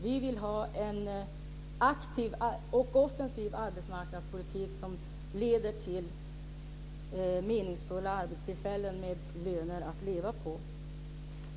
Vi vill ha en aktiv och offensiv arbetsmarknadspolitik som leder till meningsfulla arbetstillfällen med löner att leva på.